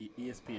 ESPN